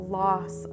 loss